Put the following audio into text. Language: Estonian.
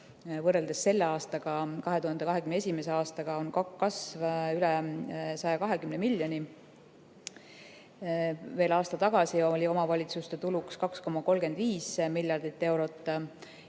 Võrreldes selle aastaga, 2021. aastaga on kasv üle 120 miljoni. Veel aasta tagasi oli omavalitsuste tuluks 2,35 miljardit eurot.